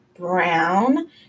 Brown